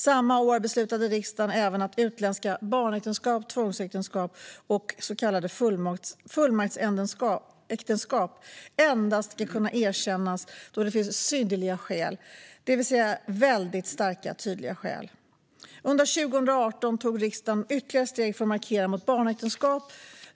Samma år beslutade riksdagen även att utländska barnäktenskap, tvångsäktenskap och så kallade fullmaktsäktenskap endast ska kunna erkännas då det finns synnerliga skäl, det vill säga väldigt starka och tydliga skäl. Under 2018 tog riksdagen ytterligare steg för att markera mot barnäktenskap.